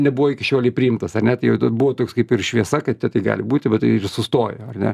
nebuvo iki šiolei priimtas ar ne tai jau buvo toks kaip ir šviesa kad te tai gali būti bet tai yra sustoję ar ne